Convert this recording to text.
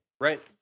Right